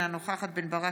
אינה נוכח רם בן ברק,